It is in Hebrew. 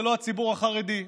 זה לא הציבור החרדי,